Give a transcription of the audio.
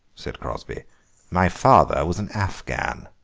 said crosby my father was an afghan.